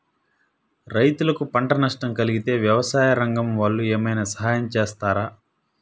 రైతులకు పంట నష్టం కలిగితే వ్యవసాయ రంగం వాళ్ళు ఏమైనా సహాయం చేస్తారా?